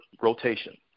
rotation